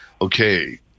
Okay